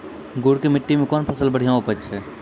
गुड़ की मिट्टी मैं कौन फसल बढ़िया उपज छ?